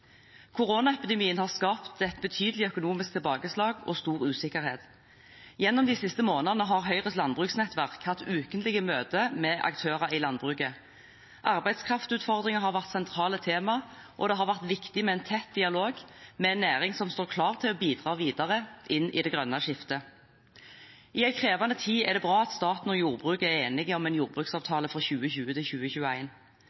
Koronaepidemien har skapt et betydelig økonomisk tilbakeslag og stor usikkerhet. Gjennom de siste månedene har Høyres landbruksnettverk hatt ukentlige møter med aktører i landbruket. Arbeidskraftutfordringer har vært sentrale temaer, og det har vært viktig med en tett dialog med en næring som står klar til å bidra videre inn i det grønne skiftet. I en krevende tid er det bra at staten og jordbruket er enige om en